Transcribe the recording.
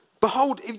Behold